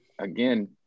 Again